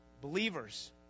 Believers